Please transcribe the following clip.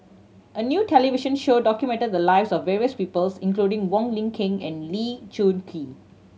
a new television show documented the lives of various peoples including Wong Lin Ken and Lee Choon Kee